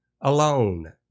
alone